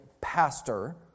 pastor